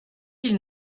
ils